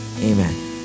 amen